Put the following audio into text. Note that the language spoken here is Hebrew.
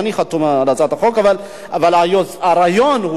אבל הרעיון,